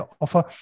offer